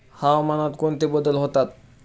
हवामानात कोणते बदल होतात?